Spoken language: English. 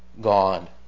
God